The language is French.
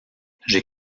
j’ai